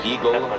Eagle